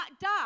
die